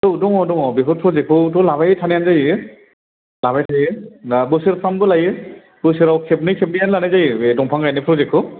औ दङ दङ बेफोर प्रजेक्टखौथ' लाबाय थानायानो जायो लाबाय थायो बा बोसोरफ्रामबो लायो बोसोराव खेबनै खेबनैआनो लानाय जायो बे दंफां गायनाय प्रजेक्टखौ